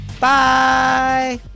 Bye